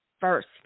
first